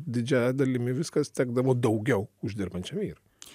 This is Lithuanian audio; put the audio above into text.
didžia dalimi viskas tekdavo daugiau uždirbančiam vyrui